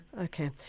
Okay